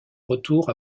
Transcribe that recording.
retour